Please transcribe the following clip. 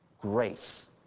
grace